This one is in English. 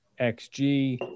XG